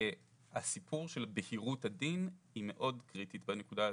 הסיפור של בהירות הדין היא מאוד קריטית בנקודה הזאת.